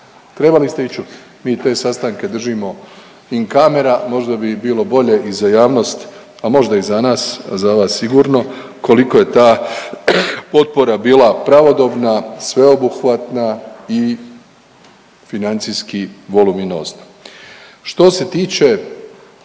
Trebali ste ih čut, mi te sastanke držimo in kamera možda bi i bilo i za javnost, a možda i za nas, a za vas sigurno koliko je ta potpora bila pravodobna, sveobuhvatna i financijski voluminozna. Što se tiče